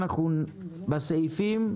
בסעיפים,